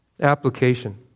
application